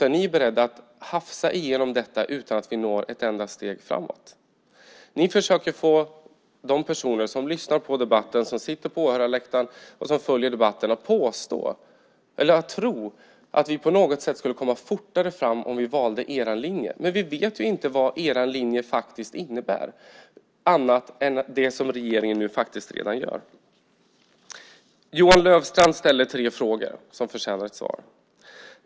Ni är beredda att hafsa igenom detta utan att vi når ett enda steg framåt. Ni försöker få de personer som lyssnar på debatten, som sitter på åhörarläktaren, att tro att vi på något sätt skulle komma fortare fram om vi valde er linje. Men vi vet inte vad er linje faktiskt innebär, annat än det som regeringen redan nu gör. Johan Löfstrand ställde tre frågor som förtjänar svar.